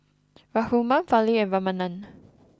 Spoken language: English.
Raghuram Fali and Ramanand